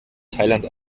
thailand